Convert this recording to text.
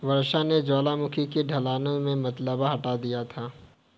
वर्षा ने ज्वालामुखी की ढलानों से मलबा हटा दिया था